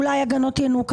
אולי הגנות ינוקא,